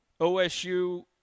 OSU